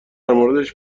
موردش